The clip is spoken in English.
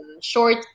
short